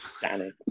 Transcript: Danny